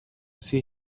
see